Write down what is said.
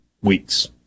weeks